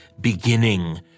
beginning